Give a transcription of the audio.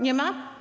Nie ma?